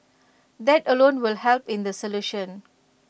that alone will help in the solution